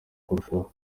kurushaho